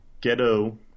Ghetto